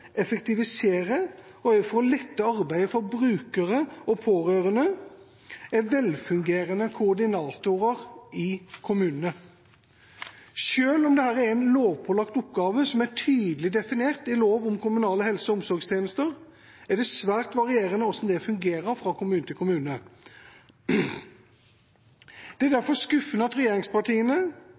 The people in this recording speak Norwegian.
effektivisere og lette arbeidet for brukere og pårørende er velfungerende koordinatorer i kommunene. Selv om dette er en lovpålagt oppgave som er tydelig definert i lov om kommunale helse- og omsorgstjenester, er det svært varierende fra kommune til kommune hvordan det fungerer. Det er derfor skuffende at regjeringspartiene,